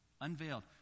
Unveiled